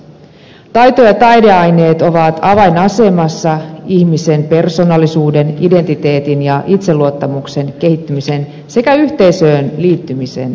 taito ja taideaineet ovat avainasemassa ihmisen persoonallisuuden identiteetin ja itseluottamuksen kehittymisen sekä yhteisöön liittymisen kannalta